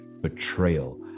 betrayal